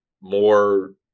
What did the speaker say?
more